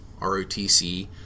ROTC